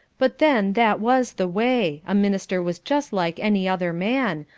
but then, that was the way, a minister was just like any other man,